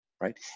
right